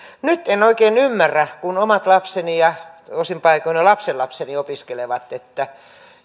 nyt en oikein ymmärrä kun omat lapseni ja osin paikoin jo lapsenlapseni opiskelevat että